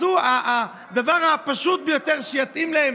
הדבר הפשוט ביותר שיתאים להן,